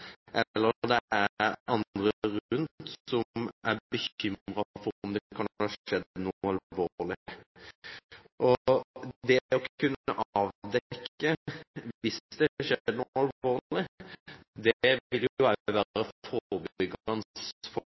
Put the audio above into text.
eller det er fra andre rundt som er bekymret for om det kan ha skjedd noe alvorlig. Det å kunne avdekke det hvis det har skjedd noe alvorlig, vil